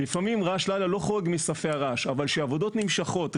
לפעמים רעש לילה לא חורג מספי הרעש אבל כשעבודות נמשכות,